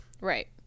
right